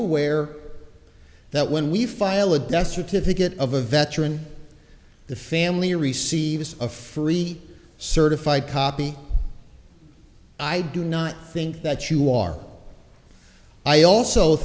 aware that when we file a death certificate of a veteran the family receives a free certified copy i do not think that you are i also